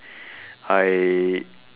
I